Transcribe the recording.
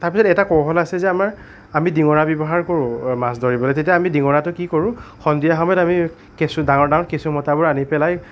তাৰপিছত এটা কৌশল আছে যে আমাৰ আমি ডিঙৰা ব্যৱহাৰ কৰোঁ মাছ ধৰিবলৈ তেতিয়া আমি ডিঙৰাটো কি কৰোঁ সন্ধিয়া সময়ত আমি কেঁচু ডাঙৰ ডাঙৰ কেঁচুমটাবোৰ আনি পেলাই